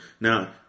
Now